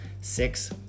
Six